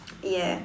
ya